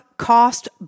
cost